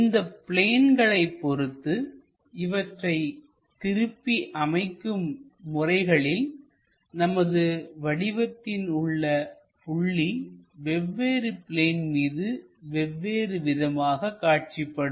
இந்த பிளேன்களைப் பொறுத்துஇவற்றை திருப்பி அமைக்கும் முறைகளில்நமது வடிவத்தில் உள்ள புள்ளி வெவ்வேறு பிளேன் மீது வெவ்வேறு விதமாக காட்சிப்படும்